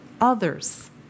others